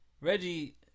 Reggie